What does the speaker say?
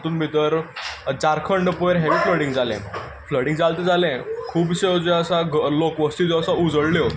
तितूंत भितर झारखंड पयर हेवी फ्लडींग जालें फ्लडींग जाल तें जालें खुबश्यो ज्यो आसा लोकवसती ज्यो आसा उजळ्ळ्यो